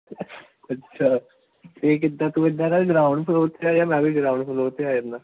ਅੱਛਾ ਫੇਰ ਕਿੱਦਾਂ ਤੂੰ ਇਦਾਂ ਕਰ ਗਰਾਂਊਂਡ ਫਲੋਰ ਮੈਂ ਵੀ ਗਰਾਂਊਂਡ ਫਲੋਰ ਤੇ ਆ ਜਾਂਦਾ